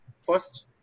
first